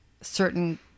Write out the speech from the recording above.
certain